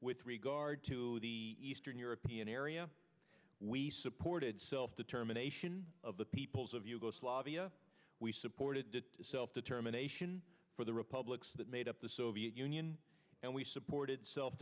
with regard to the eastern european area we supported self determination of the peoples of yugoslavia we supported the self determination for the republics that made up the soviet union and we supported self